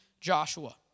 Joshua